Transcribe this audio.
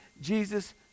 Jesus